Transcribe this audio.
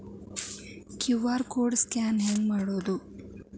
QR code scan ಹೆಂಗ್ ಮಾಡೋದು?